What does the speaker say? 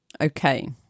Okay